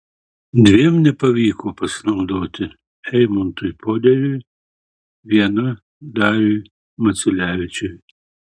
dviem nepavyko pasinaudoti eimantui poderiui viena dariui maciulevičiui